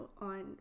on